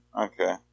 okay